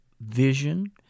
vision